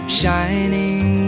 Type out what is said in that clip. shining